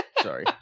Sorry